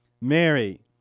Mary